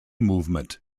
movement